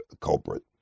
culprit